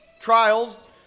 trials